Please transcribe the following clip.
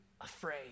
afraid